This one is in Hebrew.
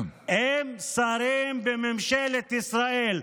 הם שרים בממשלת ישראל.